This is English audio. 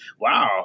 wow